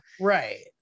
right